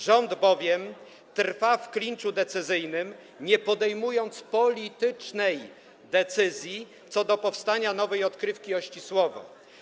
Rząd bowiem trwa w klinczu decyzyjnym, nie podejmując politycznej decyzji co do powstania nowej odkrywki Ościsłowo.